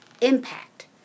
impact